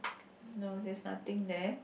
no there's nothing there